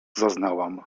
zaznałam